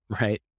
right